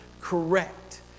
correct